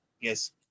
Yes